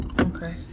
Okay